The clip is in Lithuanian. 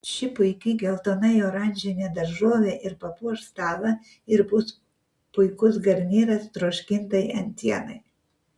ši puiki geltonai oranžinė daržovė ir papuoš stalą ir bus puikus garnyras troškintai antienai